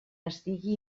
estigui